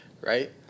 right